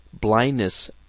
blindness